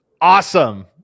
awesome